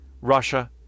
Russia